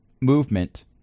movement